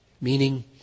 Meaning